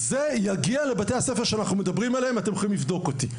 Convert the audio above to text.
יגיע לבתי הספר שאנחנו מדברים עליהם ואתם יכולים לבדוק אותי.